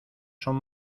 son